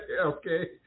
okay